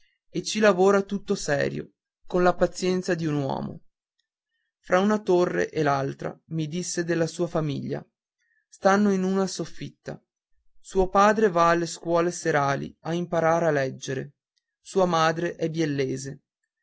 e ci lavora tutto serio con la pazienza di un uomo fra una torre e l'altra mi disse della sua famiglia stanno in una soffitta suo padre va alle scuole serali a imparar a leggere sua madre è biellese